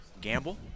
Gamble